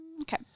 Okay